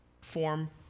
form